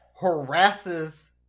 harasses